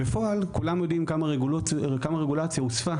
בפועל כולנו יודעים כמה רגולציה הוספה